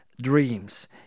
dreams